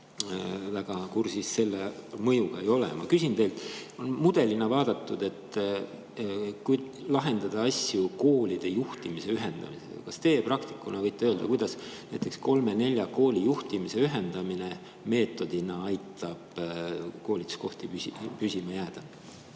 väga kursis selle mõjuga ei ole. Ma küsin teilt mudelit [silmas pidades], et kui lahendada asju koolide juhtimise ühendamisega, kas teie praktikuna oskate öelda, kuidas näiteks kolme-nelja kooli juhtimise ühendamine aitab koolituskohtadel püsima jääda?